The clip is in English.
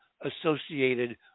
associated